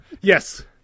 yes